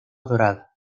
dorada